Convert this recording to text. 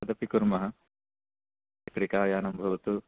तदपि कुर्मः चक्रिकायानं भवतु